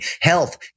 health